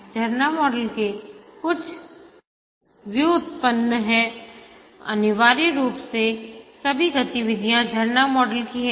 झरना मॉडल के कुछ व्युत्पन्न हैं अनिवार्य रूप से सभी गतिविधियाँ झरना मॉडल की है